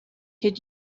had